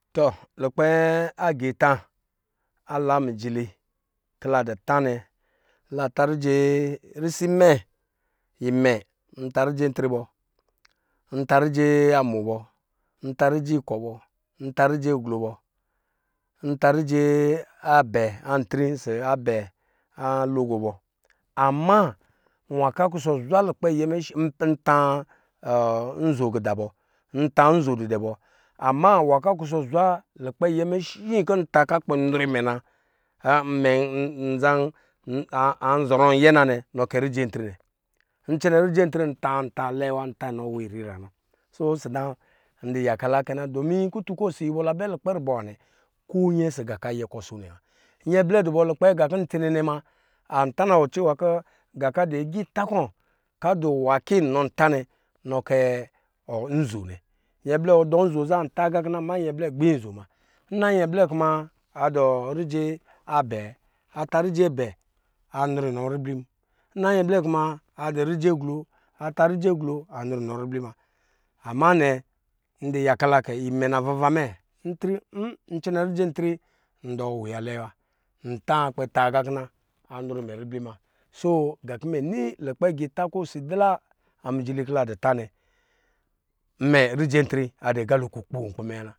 Tɔ lukpɛ agiita ala amijili kɔ la dɔ tā nɛ risi mɛ, nta rije ntri bɔ nta rije amo bɔ nta rije ikɔ bɔ nta rije abɛ anti bɔ nta rije abɛ alogo bɔ ama nwan kɔ akɔsɔ zwa lukpɛ ayɛmɛ shi nta nzo gida bɔ, nta nzo didɛ bɔ ama nwan kɔ akɔsɔ zwa lukpɛ ayɛ me shi kɔ nta kɔ a kpɛ nrɔ imɛ na anz an zɔrɔn aƴe nanɛ nɔ kɛ rije antri nɛ, ncɛnɛ irje antri nka kɔ ntaa lɛɛ wa nta inɔ nwa irira na so ɔsɔ da ndɔ yaka la kɛ na domi kutun kɔ osi yula bɛ lukpɛ rubɔ nwa nɛ nɛ, ko nyɛ ɔsɔ nga kɔ ayɛ kɔ aso nɛ wa. Nyɛblɛ dubɔ lukpɛ gan kɔ ntsene nɛ ma, antana wɔ cɛɛwa kɔ nga kɔ adɔ agita kɔ kɔ adɔ nwa kɔ ino ntanɛ nɔ kɛ nzo nɛ nyɛblɛ ɔdɔɔ nzo za nata gakina ama nyɛ blɛ agbonyi nzo muna, nyɛblɛ kuma adɔ rije abɛ, atā rijɛ abɛ anrɔ inɔ ribli ma, nna nyɛ blɛ kuma adɔ rije aglo ata rije aglo anrɔ inɔ ribli ma, ama nɛ ndu yaka lakɛ imɛ lava va mɛ n ncɛnɛ rite an tri ndɔɔ wuya lɛɛ wa ntā kpɛ taa gakina anrɔɔ imɛ ribli ma so nga kɔ mɛ nini nkpila nmijili kɔ la dɔ ta nɛ mɛrijɛntil adɔ aga lɔ kukpɔ kpi mɛ na.